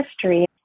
history